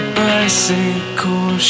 bicycle